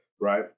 right